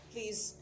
Please